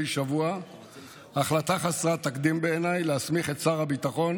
שבוע החלטה חסרת תקדים בעיניי: להסמיך את שר הביטחון